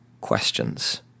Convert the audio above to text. questions